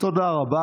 תודה רבה.